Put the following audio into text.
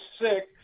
six